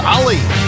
Ollie